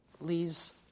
Lee's